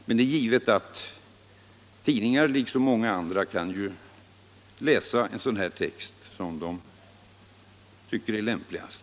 Men det är givet att tidningsredaktörer liksom många andra kan läsa en sådan här text som de tycker är lämpligast.